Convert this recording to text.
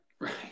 Right